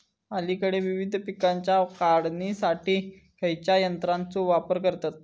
अलीकडे विविध पीकांच्या काढणीसाठी खयाच्या यंत्राचो वापर करतत?